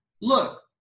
Look